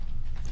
הזאת?